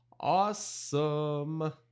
Awesome